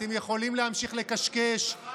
אתם יכולים להמשיך לקשקש,